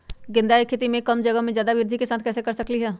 गेंदा के खेती हम कम जगह में ज्यादा वृद्धि के साथ कैसे कर सकली ह?